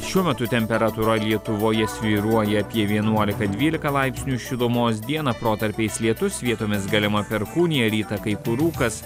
šiuo metu temperatūra lietuvoje svyruoja apie vienuolika dvylika laipsnių šilumos dieną protarpiais lietus vietomis galima perkūnija rytą kai kur rūkas